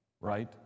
right